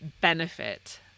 benefit